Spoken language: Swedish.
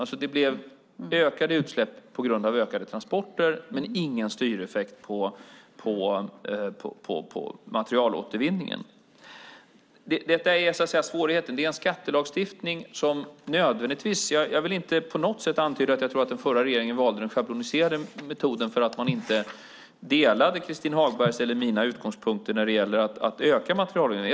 Det blev alltså ökade utsläpp på grund av ökade transporter men ingen styreffekt på materialåtervinningen. Detta är svårigheten. Jag vill inte på något sätt antyda att den förra regeringen valde den schabloniserade metoden därför att man inte delade Christin Hagbergs och mina utgångspunkter när det gäller att öka materialåtervinningen.